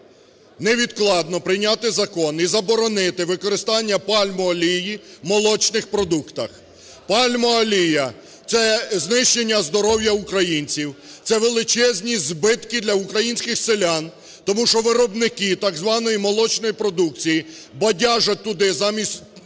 невідкладно прийняти закон і заборонити використання пальмової олії в молочних продуктах. Пальмова олія – це знищення здоров'я українців, це величезні збитки для українських селян, тому що виробники так званої молочної продукції бадяжать туди замість